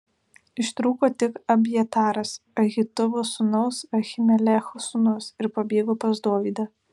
ištrūko tik abjataras ahitubo sūnaus ahimelecho sūnus ir pabėgo pas dovydą